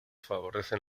favorecen